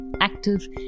active